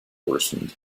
worsened